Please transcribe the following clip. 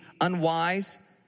unwise